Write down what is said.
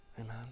Amen